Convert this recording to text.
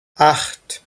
acht